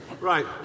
Right